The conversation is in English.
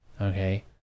Okay